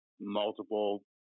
multiple